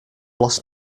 lost